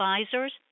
advisors